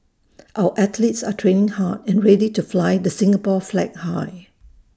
our athletes are training hard and ready to fly the Singapore flag high